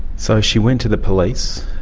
so she went to the police.